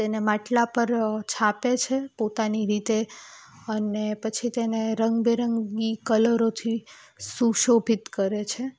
તેને માટલા પર છાપે છે પોતાની રીતે અને પછી તેને રંગબેરંગી કલરોથી સુશોભિત કરે છે